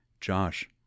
Josh